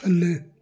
ਥੱਲੇ